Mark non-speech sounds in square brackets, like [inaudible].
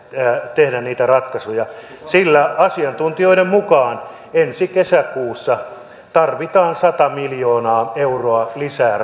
tehdä niitä ratkaisuja sillä asiantuntijoiden mukaan ensi kesäkuussa tarvitaan sata miljoonaa euroa lisää [unintelligible]